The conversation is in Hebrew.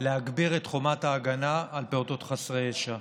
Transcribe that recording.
להגביר את חומת ההגנה על פעוטות חסרי ישע.